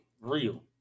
real